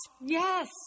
Yes